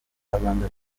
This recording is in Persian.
پرونده